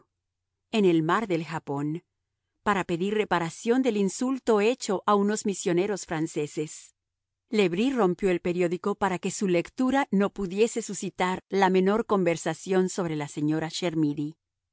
en el mar del japón para pedir reparación del insulto hecho a unos misioneros franceses le bris rompió el periódico para que su lectura no pudiese suscitar la menor conversación sobre la señora